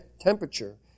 temperature